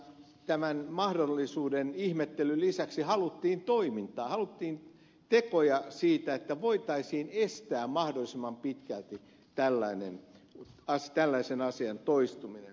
tämän mahdollisuuden ihmettelyn lisäksi haluttiin toimintaa haluttiin tekoja siksi että voitaisiin estää mahdollisimman pitkälti tällaisen asian toistuminen